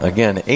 Again